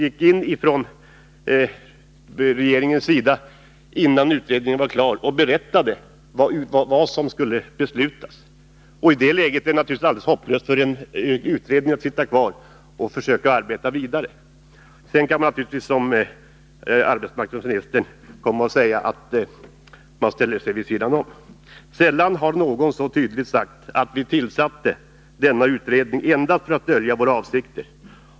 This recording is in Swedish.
Innan utredningen var klar gick regeringen in och berättade vad som skulle beslutas. I ett sådant läge är det naturligtvis alldeles hopplöst för en utredning att sitta kvar och försöka arbeta vidare. Sedan kan man givetvis komma och säga, som arbetsmarknadsministern gör, att socialdemokraterna och andra ställt sig vid sidan om. Sällan har någon så tydligt sagt: Vi tillsatte denna utredning endast för att dölja våra avsikter.